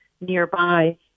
nearby